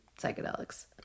psychedelics